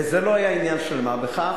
וזה לא היה עניין של מה בכך,